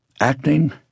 Acting